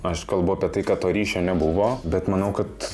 aš kalbu apie tai kad to ryšio nebuvo bet manau kad